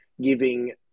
giving